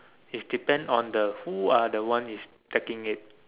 is depend on the who are the one is taking it